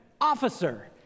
officer